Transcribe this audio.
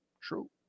true